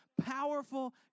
powerful